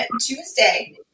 Tuesday